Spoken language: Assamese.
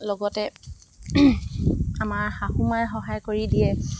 লগতে আমাৰ শাহু মাই সহায় কৰি দিয়ে